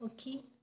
ପକ୍ଷୀ